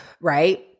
right